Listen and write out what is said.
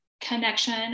connection